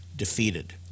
defeated